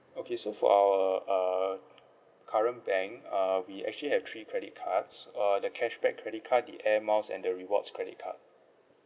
okay so for our uh current bank uh we actually have three credit cards uh the cashback credit card the air miles and the rewards credit card